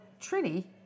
Trini